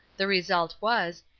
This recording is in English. the result was,